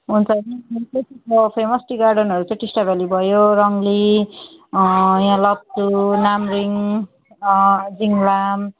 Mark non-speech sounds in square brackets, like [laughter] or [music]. हुन्छ [unintelligible] famous tea गार्डनहरू छ टिस्टाभेल्ली भयो रङ्ली यहाँ लप्चू नामरिङ जिङलाम